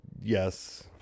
yes